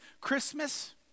Christmas